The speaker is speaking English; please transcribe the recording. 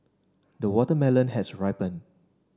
the watermelon has ripened